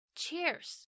cheers 。